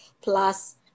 Plus